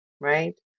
Right